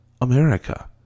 america